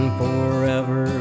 forever